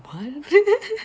what